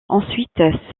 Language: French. ensuite